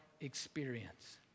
experience